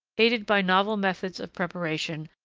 aided by novel methods of preparation,